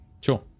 Sure